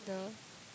the